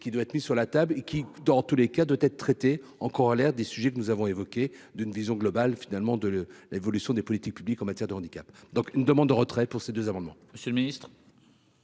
qui doit être mis sur la table qui dans tous les cas, doit être traité en corollaire des sujets que nous avons évoqués d'une vision globale, finalement de l'évolution des politiques publiques en matière de handicap, donc une demande de retrait pour ces 2 amendements, monsieur le Ministre.